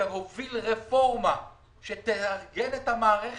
שהוביל רפורמה שתארגן את המערכת,